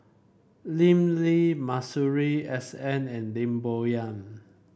Lim Lee Masuri S N and Lim Bo Yam